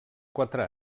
quatre